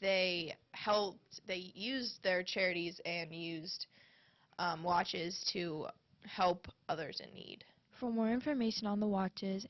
they how they use their charities and used watches to help others in need for more information on the watches